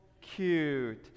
cute